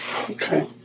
okay